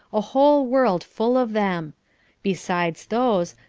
a whole world full of them besides those,